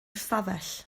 ystafell